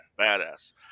Badass